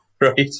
Right